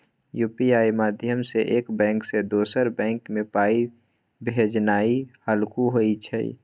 UPI माध्यमसँ एक bank सँ दोसर बैंक मे पाइ भेजनाइ हल्लुक होइ छै